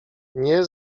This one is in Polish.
nie